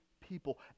people